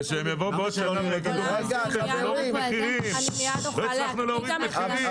כדי שבעוד שנה הם יבואו ויאמרו שלא הצליחו להוריד מחירים.